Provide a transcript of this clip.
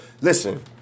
Listen